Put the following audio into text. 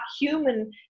human